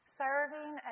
serving